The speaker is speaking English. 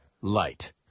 LIGHT